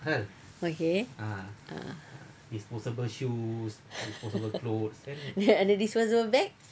okay then ada disposable bag